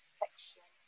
section